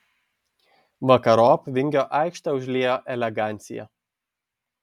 vakarop vingio aikštę užliejo elegancija